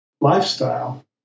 lifestyle